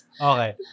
Okay